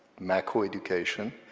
macroeducation,